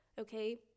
okay